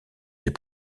des